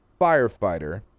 firefighter